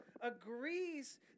agrees